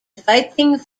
fighting